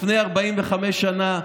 שמעתי לפני 45 שנה,